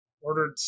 Ordered